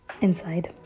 inside